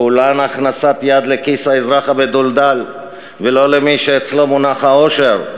כולן הכנסת יד לכיס האזרח המדולדל ולא למי שאצלו מונח העושר.